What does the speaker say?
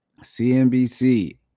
cnbc